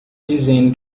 dizendo